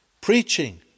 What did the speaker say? preaching